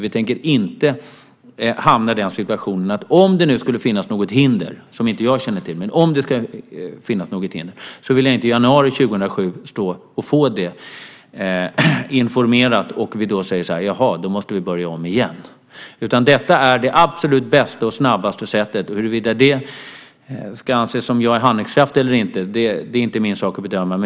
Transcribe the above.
Vi tänker dock inte hamna i den situationen, om det nu skulle finnas något hinder som jag inte känner till, att i januari 2007 få den information och då behöva säga: Jaha, då måste vi börja om igen. Detta är det absolut bästa och snabbaste sättet. Huruvida jag därmed ska anses som handlingskraftig eller inte är inte min sak att bedöma.